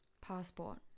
Passport